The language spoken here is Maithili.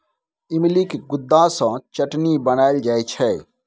इमलीक गुद्दा सँ चटनी बनाएल जाइ छै